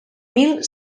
mil